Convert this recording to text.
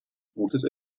gutes